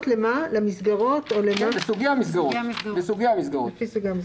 לפי סוגי המסגרות.